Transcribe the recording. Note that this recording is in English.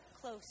close